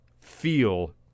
feel